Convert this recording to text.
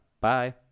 Bye